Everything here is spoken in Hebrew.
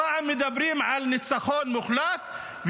פעם מדברים על ניצחון מוחלט,